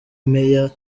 meya